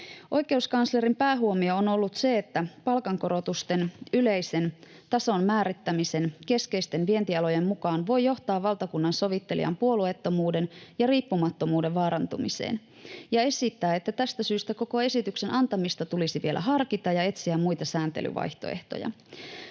Oikeuskanslerin päähuomio on ollut se, että palkankorotusten yleisen tason määrittäminen keskeisten vientialojen mukaan voi johtaa valtakunnansovittelijan puolueettomuuden ja riippumattomuuden vaarantumiseen. Hän esittää, että tästä syystä koko esityksen antamista tulisi vielä harkita ja etsiä muita sääntelyvaihtoehtoja.